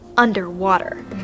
Underwater